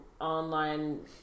online